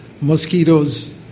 mosquitoes